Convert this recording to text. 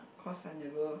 cause I never